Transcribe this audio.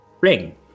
ring